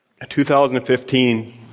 2015